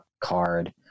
card